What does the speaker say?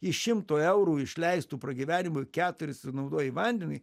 iš šimto eurų išleistų pragyvenimui keturis sunaudoji vandeniui